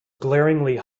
glaringly